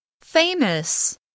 Famous